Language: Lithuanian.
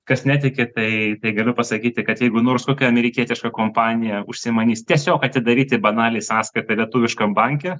kas netiki tai tai galiu pasakyti kad jeigu nors tokia amerikietiška kompanija užsimanys tiesiog atidaryti banaliai sąskaitą lietuviškam banke